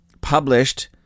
published